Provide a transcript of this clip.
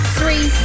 three